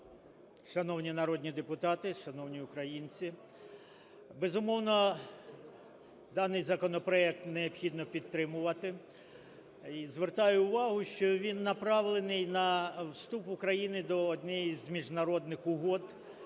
Шановні народні депутати, шановні українці, безумовно, даний законопроект необхідно підтримувати. Звертаю увагу, що він направлений на вступ України до однієї із міжнародних угод,